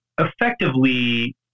effectively